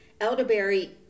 Elderberry